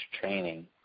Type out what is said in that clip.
training